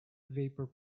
vapor